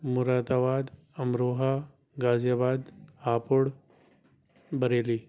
مراد آباد امروہہ غازی آباد ہاپوڑ بریلی